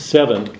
Seven